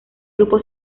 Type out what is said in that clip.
grupo